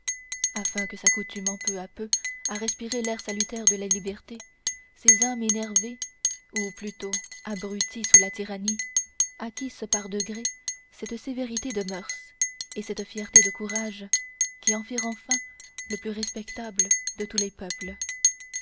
afin que s'accoutumant peu à peu à respirer l'air salutaire de la liberté ces ames énervées ou plutôt abruties sous la tyrannie acquissent par degrés cette sévérité de mœurs et cette fierté de courage qui en firent enfin le plus respectable de tous les peuples